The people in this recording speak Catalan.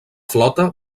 flota